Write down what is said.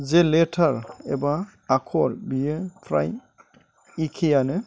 जे लेथार एबा आख'र बियो फ्राइ एखेआनो